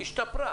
השתפרה.